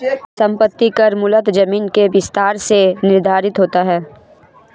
संपत्ति कर मूलतः जमीन के विस्तार से निर्धारित होता है